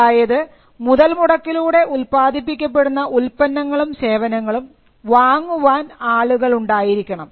അതായത് മുതൽമുടക്കിലൂടെ ഉൽപ്പാദിപ്പിക്കപ്പെടുന്ന ഉൽപ്പന്നങ്ങളും സേവനങ്ങളും വാങ്ങുവാൻ ആളുകൾ ഉണ്ടായിരിക്കണം